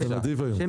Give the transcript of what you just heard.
שם